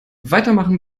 weitermachen